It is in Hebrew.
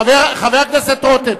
חבר הכנסת רותם,